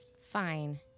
Fine